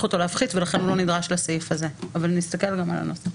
אותו להפחית ולכן הוא לא נדרש לסעיף הזה אבל נסתכל גם על הנוסח.